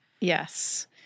Yes